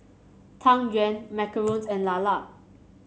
Tang Yuen macarons and lala